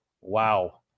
Wow